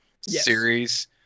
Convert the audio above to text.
series